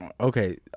Okay